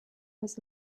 was